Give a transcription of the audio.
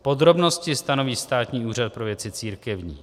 Podrobnosti stanoví Státní úřad pro věci církevní.